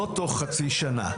לא תוך חצי שנה,